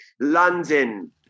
London